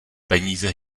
peníze